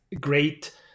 great